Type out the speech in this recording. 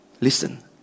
Listen